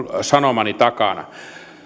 sanomani takana